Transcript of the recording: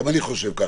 גם אני חושב ככה.